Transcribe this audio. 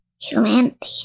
humanity